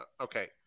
Okay